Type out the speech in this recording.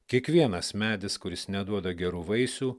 kiekvienas medis kuris neduoda gerų vaisių